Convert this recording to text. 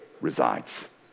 resides